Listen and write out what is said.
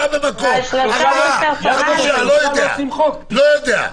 לא יודע.